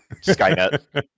Skynet